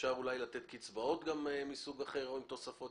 אפשר אולי לתת קצבאות גם מסוג אחר או עם תוספות,